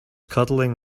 cuddling